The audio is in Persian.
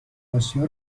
آسیا